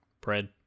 bread